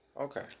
Okay